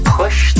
push